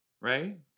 right